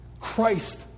Christ